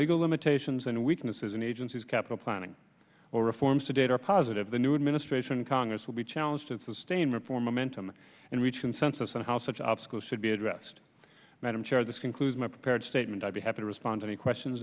legal limitations and weaknesses in agencies capital planning or reforms to date are positive the new administration congress will be challenged to sustain reform momentum and reach consensus on how such obstacles should be addressed madam chair this concludes my prepared statement i'll be happy to respond any questions